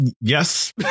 yes